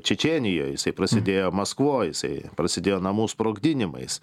čečėnijoj jisai prasidėjo maskvoj jisai prasidėjo namų sprogdinimais